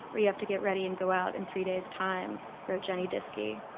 or you have to get ready and go out in three days time wrote jenny diski.